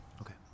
Okay